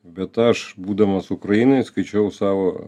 bet aš būdamas ukrainoj skaičiau savo